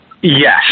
Yes